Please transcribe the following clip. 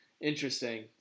Interesting